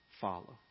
Follow